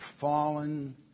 fallen